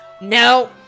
no